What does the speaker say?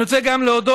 אני רוצה להודות